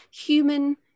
human